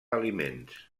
aliments